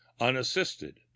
unassisted